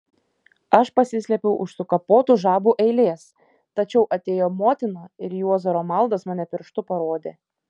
aš pasislėpiau už sukapotų žabų eilės tačiau atėjo motina ir juozo romaldas mane pirštu parodė